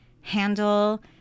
handle